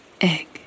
egg